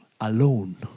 alone